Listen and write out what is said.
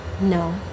No